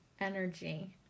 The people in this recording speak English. energy